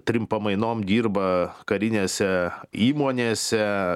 trim pamainom dirba karinėse įmonėse